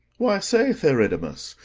why, say, theridamas,